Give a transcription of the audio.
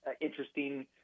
interesting